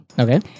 Okay